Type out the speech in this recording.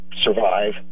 survive